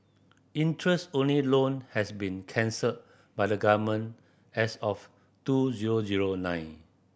interest only loan have been cancelled by the Government as of two zero zero nine